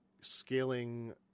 scaling